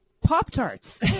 Pop-Tarts